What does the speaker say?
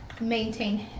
maintain